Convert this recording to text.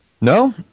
No